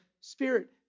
spirit